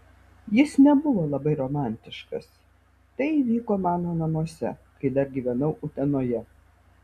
jis nebuvo labai romantiškas tai įvyko mano namuose kai dar gyvenau utenoje